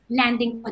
landing